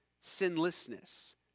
sinlessness